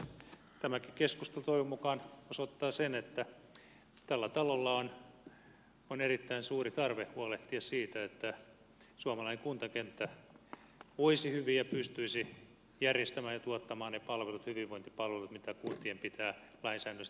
tämäkin keskustelu toivon mukaan osoittaa sen että tällä talolla on erittäin suuri tarve huolehtia siitä että suomalainen kuntakenttä voisi hyvin ja pystyisi järjestämään ja tuottamaan ne palvelut hyvinvointipalvelut mitä kuntien pitää lainsäädännöllisesti tuottaa